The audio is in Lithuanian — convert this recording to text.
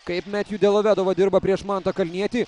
kaip metju delavedova dirba prieš mantą kalnietį